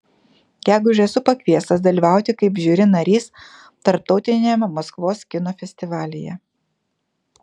gegužę esu pakviestas dalyvauti kaip žiuri narys tarptautiniame maskvos kino festivalyje